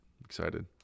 Excited